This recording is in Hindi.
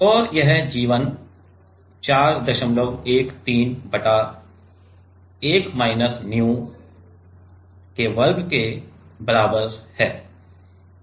और यह g1 413 बटा 1 माइनस nu वर्ग के बराबर है